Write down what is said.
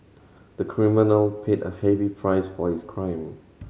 the criminal paid a heavy price for his crime